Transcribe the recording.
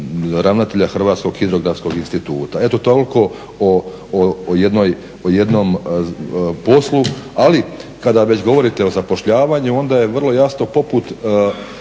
ravnatelja Hrvatskog hidrografskog instituta. Eto toliko o jednom poslu. Ali kada već govorite o zapošljavanju onda je vrlo jasno poput